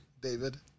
David